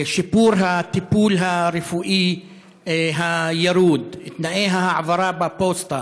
שיפור הטיפול הרפואי הירוד, תנאי העברה בפוסטה,